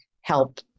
help